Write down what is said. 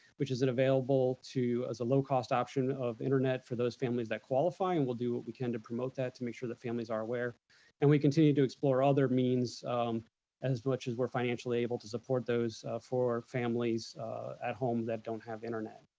which is available to as a low-cost option of internet for those families that qualify and we'll do what we can to promote that to make sure that families are aware and we continue to explore other means as much as we're financially able to support those for our families at home that don't have internet.